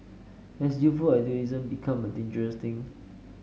has youthful idealism become a dangerous thing